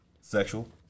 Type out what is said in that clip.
sexual